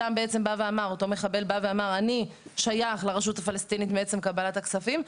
אותו מחבל אמר: אני שייך לרשות הפלסטינית מעצם קבלת הכספים,